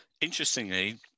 interestingly